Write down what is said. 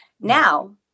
now